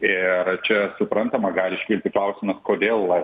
ir čia suprantama gali iškilti klausimas kodėl